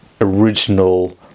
original